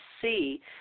see